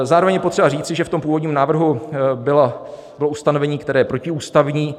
Zároveň je potřeba říci, že v tom původním návrhu bylo ustanovení, které je protiústavní.